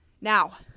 Now